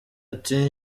ati